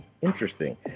Interesting